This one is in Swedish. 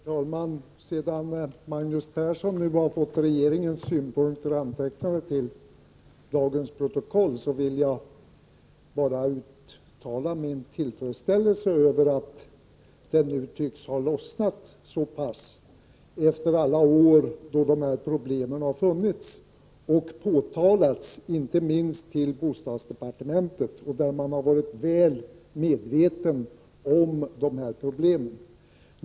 Herr talman! Sedan Magnus Persson nu har fått regeringens synpunkter antecknade till dagens protokoll vill jag bara uttala min tillfredsställelse över att det tycks ha lossnat efter alla år som dessa problem har funnits och påtalats — inte minst för bostadsdepartementet. Där har man varit väl medveten om dessa problem.